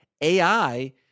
AI